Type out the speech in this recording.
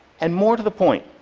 and more to the point,